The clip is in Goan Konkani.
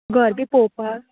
घर बी पोवपाक